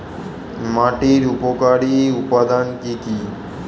মাটির উপকারী উপাদান কি কি?